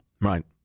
right